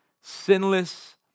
sinless